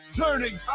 turning